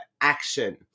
action